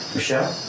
Michelle